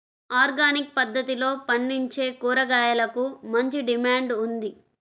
organic పద్దతిలో పండించే కూరగాయలకు మంచి డిమాండ్ ఉంది